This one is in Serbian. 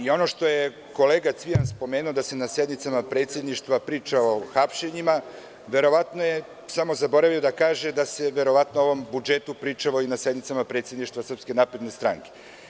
Ono što je kolega Cvijan spomenuo da se na sednicama predsedništva priča o hapšenjima, verovatno je samo zaboravio da kaže da se verovatno o ovom budžetu pričalo i na sednicama predsedništva SNS.